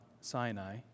Sinai